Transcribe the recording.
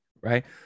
Right